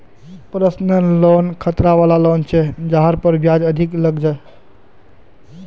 personal loan खतरा वला loan छ जहार पर ब्याज अधिक लग छेक